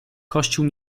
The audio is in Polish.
kościół